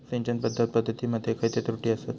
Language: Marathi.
सिंचन पद्धती मध्ये खयचे त्रुटी आसत?